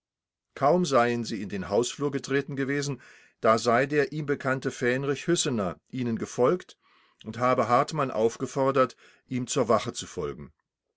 kaum seien sie in den hausflur getreten gewesen da sei der ihm bekannte fähnrich hüssener ihnen gefolgt und habe hartmann aufgefordert ihm zur wache zu folgen